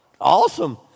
Awesome